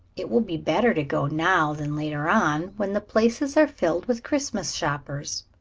it will be better to go now than later on, when the places are filled with christmas shoppers.